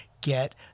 get